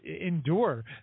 endure